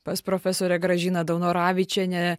pas profesorę gražiną daunoravičienę